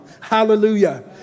Hallelujah